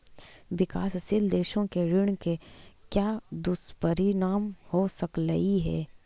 विकासशील देशों के ऋण के क्या दुष्परिणाम हो सकलई हे